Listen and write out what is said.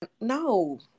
no